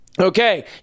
Okay